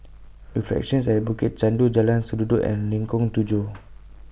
Reflections At Bukit Chandu Jalan Sendudok and Lengkong Tujuh